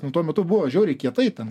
nu tuo metu buvo žiauriai kietai ten